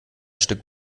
stück